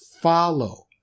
follow